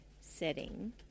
setting